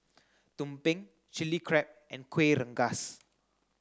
Tumpeng chili crab and Kuih Rengas